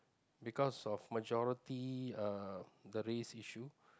because of majority uh the race issue